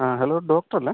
ആ hello doctor അല്ലേ